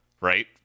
right